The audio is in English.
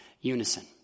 unison